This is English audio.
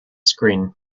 screen